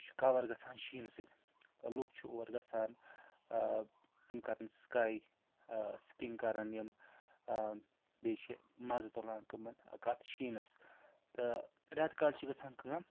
یہِ چھُ کَوَر گَژھان شیٖیٖننہٕ سۭتۍ لُکھ چھِ اور گَژھان تِم کَرَن سکاے سِکِنٛگ کَرَن یِم بیٚیہِ چھِ مَزٕ تُلان کِمَن کَتھ شیٖنَس تہٕ رٮ۪تہٕ کالہِ چھِ گژھان کٲم